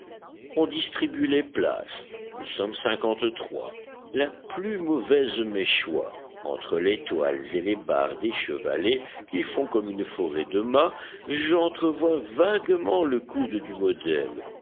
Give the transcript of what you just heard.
on distribue les places nous sommes cinquante-trois la plus mauvaise m'échoit entre les toiles et les barres des chevalets qui font comme une forêt de mâts j'entrevois vaguement le coude du modèle